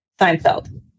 Seinfeld